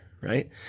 Right